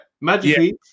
Magically